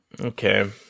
Okay